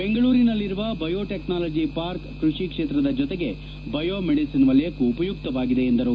ಬೆಂಗಳೂರಿನಲ್ಲಿರುವ bio technology park ಕೃಷಿ ಕ್ಷೇತ್ರದ ಜೊತೆಗೆ ಬಯೋ ಮೆಡಿಸನ್ ವಲಯಕ್ಕೂ ಉಪಯುಕ್ತವಾಗಿದೆ ಎಂದರು